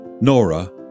Nora